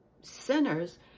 sinners